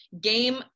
game